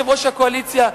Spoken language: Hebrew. יושב-ראש הקואליציה,